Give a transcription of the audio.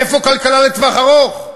איפה כלכלה לטווח ארוך?